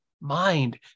mind